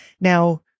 Now